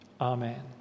Amen